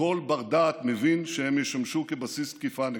שכל בר-דעת מבין שהם ישמשו כבסיס תקיפה נגדנו,